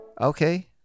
okay